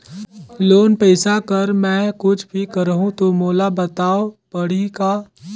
Loan पइसा कर मै कुछ भी करहु तो मोला बताव पड़ही का?